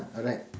ha alright